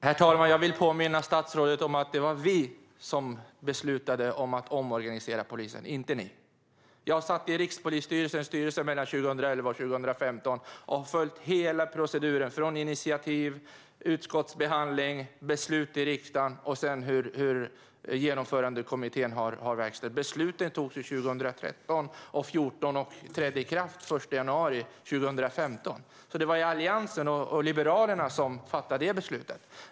Herr talman! Jag vill påminna statsrådet om att det var vi som beslutade om att omorganisera polisen, inte ni. Jag satt i Rikspolisstyrelsens styrelse mellan 2011 och 2015 och har följt hela proceduren, från initiativ, utskottsbehandling och beslut i riksdagen till Genomförandekommitténs verkställande. Besluten togs 2013 och 2014 och trädde i kraft den 1 januari 2015. Det var Alliansen och Liberalerna som fattade de besluten.